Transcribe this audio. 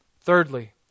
Thirdly